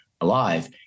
alive